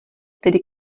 tedy